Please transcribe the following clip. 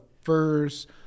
first